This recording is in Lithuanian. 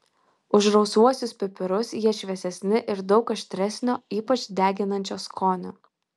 už rausvuosius pipirus jie šviesesni ir daug aštresnio ypač deginančio skonio